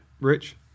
Rich